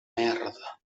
merda